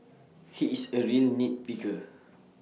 he is A real nit picker